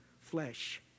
flesh